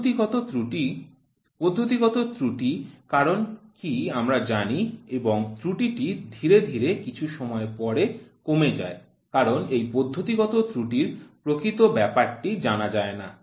পদ্ধতিগত ত্রুটি পদ্ধতিগত ত্রুটি কারণ কি আমরা জানি এবং এই ত্রুটিটি ধীরে ধীরে কিছু সময় পরে কমে যায় কারণ এই পদ্ধতিগত ত্রুটির প্রকৃত ব্যাপারটি জানা যায় না